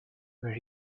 where